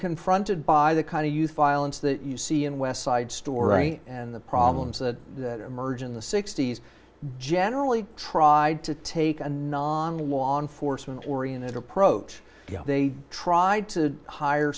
confronted by the kind of youth violence that you see in west side story and the problems that emerge in the sixty's generally tried to take a non law enforcement oriented approach they tried to hire